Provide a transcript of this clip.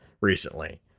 recently